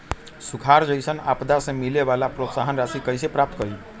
सुखार जैसन आपदा से मिले वाला प्रोत्साहन राशि कईसे प्राप्त करी?